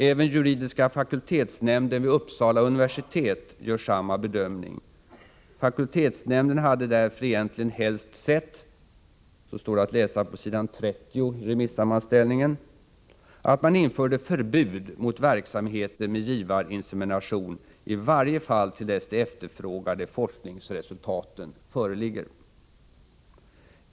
Även juridiska fakultetsnämnden vid Uppsala universitet gör samma bedömning. Fakultetsnämnden hade därför egentligen helst sett — så står det att läsa på s. 30 i remissammanställningen — att man införde förbud mot verksamheten med givarinsemination, i varje fall till dess de efterfrågade forskningsresultaten föreligger.